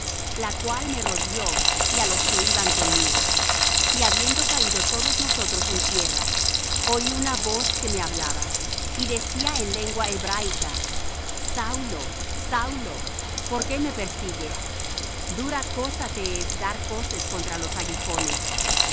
la cual me rodeó y á los que iban conmigo y habiendo caído todos nosotros en tierra oí una voz que me hablaba y decía en lengua hebraica saulo saulo por qué me persigues dura cosa te es dar coces contra los aguijones